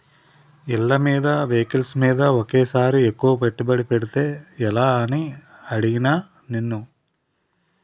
ఇళ్ళమీద, వెహికల్స్ మీద ఒకేసారి ఎక్కువ పెట్టుబడి పెడితే ఎలా అని అడిగానా నిన్ను